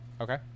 Okay